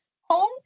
home